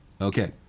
Okay